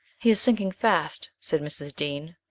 he is sinking fast, said mrs. dean.